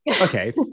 Okay